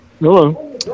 Hello